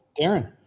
Darren